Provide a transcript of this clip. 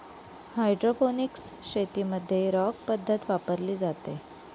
hydroponics शेतीमध्ये rock पद्धत वापरली जाते